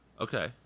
Okay